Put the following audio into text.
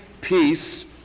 peace